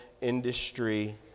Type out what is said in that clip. industry